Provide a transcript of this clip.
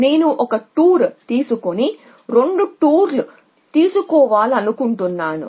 2 tours ఉదాహరణలలో నేను ఒక టూర్ తీసుకోవాలనుకుంటున్నాను